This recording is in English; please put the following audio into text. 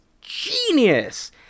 genius